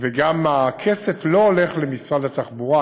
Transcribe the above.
וגם הכסף לא הולך למשרד התחבורה,